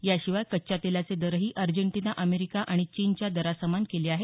याशिवाय कच्च्या तेलाचे दरही अर्जेंटिना अमेरिका आणि चीनच्या दरासमान केले आहेत